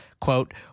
quote